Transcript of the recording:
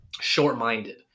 short-minded